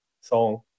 song